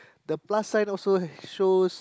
the plus sign also shows